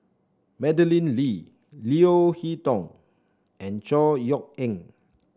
Madeleine Lee Leo Hee Tong and Chor Yeok Eng